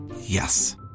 Yes